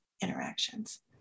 interactions